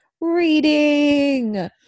Reading